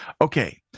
Okay